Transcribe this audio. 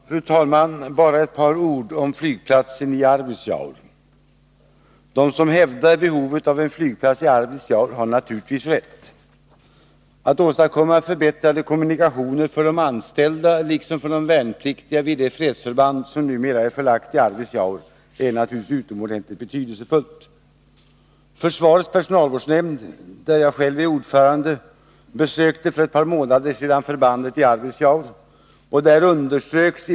Fru talman! Bara ett par ord om flygplatsen i Arvidsjaur. De som hävdar behovet av en flygplats i Arvidsjaur har naturligtvis rätt. Att åstadkomma förbättrade kommunikationer för de anställda liksom för de värnpliktiga vid det fredsförband som numera är förlagt till Arvidsjaur är naturligtvis utomordentligt betydelsefullt. Försvarets personalvårdsnämnd, där jag själv är ordförande, besökte för ett par månader sedan förbandet i Arvidsjaur.